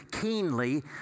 keenly